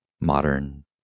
modern